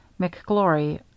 McGlory—